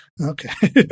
Okay